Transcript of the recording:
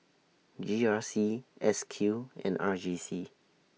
G R C S Q and R J C